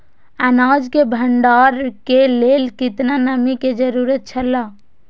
अनाज के भण्डार के लेल केतना नमि के जरूरत छला?